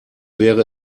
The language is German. wäre